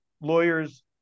lawyers